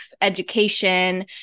education